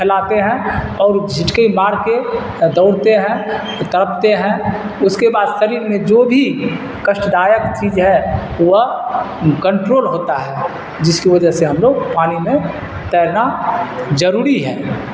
پھیلاتے ہیں اور جھٹکے مار کے دوڑتے ہیں تڑپتے ہیں اس کے بعد شریر میں جو بھی کشٹدائک چیز ہے وہ کنٹرول ہوتا ہے جس کی وجہ سے ہم لوگ پانی میں تیرنا ضروری ہے